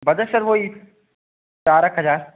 budget sir वह ही चार एक हज़ार